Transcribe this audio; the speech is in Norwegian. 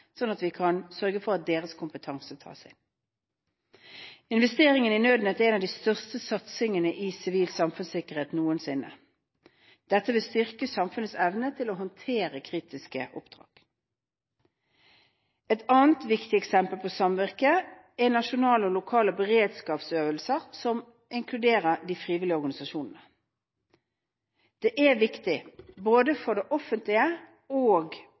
sånn at vi kan sørge for at deres kompetanse tas inn. Investeringen i Nødnett er en av de største satsingene i sivil samfunnssikkerhet noensinne. Dette vil styrke samfunnets evne til å håndtere kritiske oppdrag. Et annet viktig eksempel på samvirke er nasjonale og lokale beredskapsøvelser som inkluderer de frivillige organisasjonene. Det er viktig, både for det offentlige og